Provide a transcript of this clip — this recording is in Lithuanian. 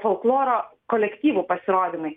folkloro kolektyvų pasirodymai